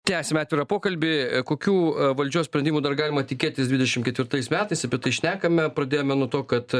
tęsiame atvirą pokalbį kokių valdžios sprendimų dar galima tikėtis dvidešimt ketvirtais metais apie tai šnekame pradėjome nuo to kad